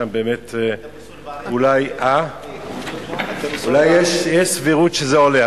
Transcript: שם באמת אולי יש סבירות שזה עולה.